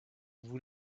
vous